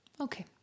Okay